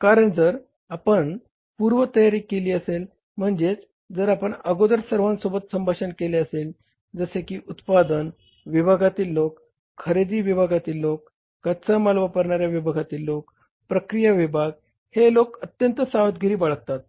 कारण जर आपण पूर्व तयारी केली असेल म्हणजे जर आपण अगोदर सर्वांसोबत संभाषण केले असेल जसे की उत्पादन विभागातील लोक खरेदी विभागातील लोक कच्चा माल वापरणाऱ्या विभागातील लोक प्रक्रिया विभाग हे लोक अत्यंत सावधगिरी बाळगतात